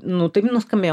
nu taip nuskambėjo